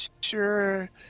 sure